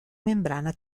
membrana